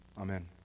Amen